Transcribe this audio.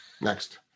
Next